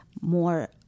more